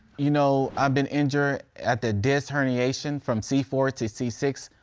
you know, i've been injured at the disc herniation from c four to c six.